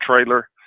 trailer